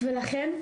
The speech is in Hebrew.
ולכן,